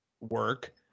work